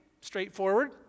straightforward